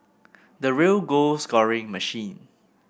the real goal scoring machine